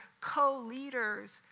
co-leaders